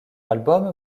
album